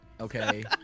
okay